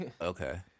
Okay